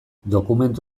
dokumentu